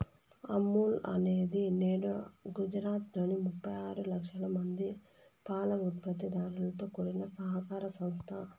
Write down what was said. అమూల్ అనేది నేడు గుజరాత్ లోని ముప్పై ఆరు లక్షల మంది పాల ఉత్పత్తి దారులతో కూడిన సహకార సంస్థ